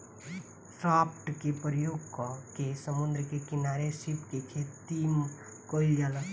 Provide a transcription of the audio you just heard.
raft के प्रयोग क के समुंद्र के किनारे सीप के खेतीम कईल जाला